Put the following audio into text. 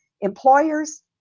employers